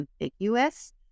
ambiguous